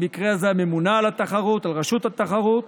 במקרה הזה הממונָה על התחרות, על רשות התחרות,